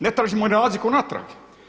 Ne tražimo razliku natrag.